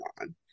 on